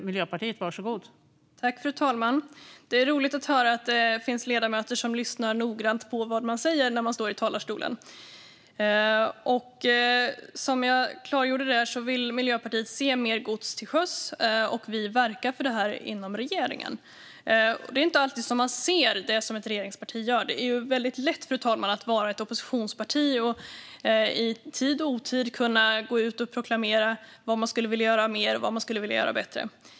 Fru talman! Det är roligt att det finns ledamöter som lyssnar noggrant på det man säger när man står i talarstolen. Som jag klargjorde vill Miljöpartiet se mer gods till sjöss, och vi verkar för detta inom regeringen. Man ser inte alltid det ett regeringsparti gör. Det är lätt att vara ett oppositionsparti och i tid och otid kunna proklamera vad man vill göra mer och bättre.